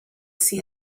see